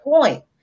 point